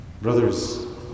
Brothers